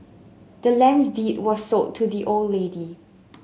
the land's deed was sold to the old lady